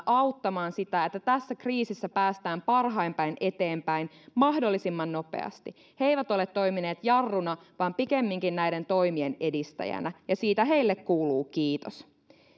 auttamaan sitä että tässä kriisissä päästään parhain päin eteenpäin mahdollisimman nopeasti he eivät ole toimineet jarruna vaan pikemminkin näiden toimien edistäjänä ja siitä heille kuuluu kiitos